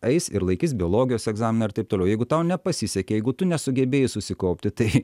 eis ir laikys biologijos egzaminą ir taip toliau jeigu tau nepasisekė jeigu tu nesugebėjai susikaupti tai